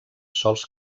sòls